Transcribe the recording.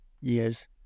years